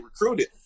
recruited